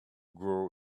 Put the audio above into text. grow